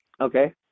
Okay